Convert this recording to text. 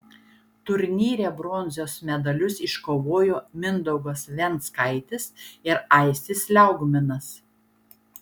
turnyre bronzos medalius iškovojo mindaugas venckaitis ir aistis liaugminas